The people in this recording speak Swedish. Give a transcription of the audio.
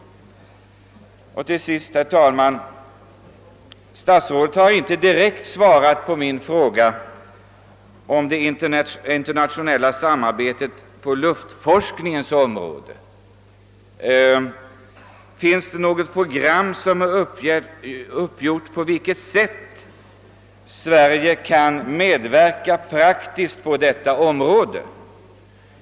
Statsrådet har inte direkt svarat på min fråga om det internationella samarbetet på luftforskningens område. Finns något program uppgjort för hur Sverige skall kunna medverka praktiskt på detta område?